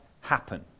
happen